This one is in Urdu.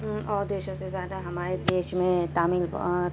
اور دیشوں سے زیادہ ہمارے دیش میں تعمیل بہت